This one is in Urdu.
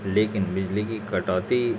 لیکن بجلی کی کٹوتی